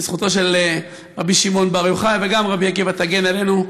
שזכותם של רבי שמעון בר יוחאי וגם רבי עקיבא תגן עלינו.